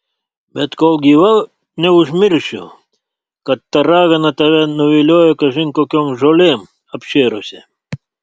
bet kol gyva neužmiršiu kad ta ragana tave nuviliojo kažin kokiom žolėm apšėrusi